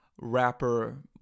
rapper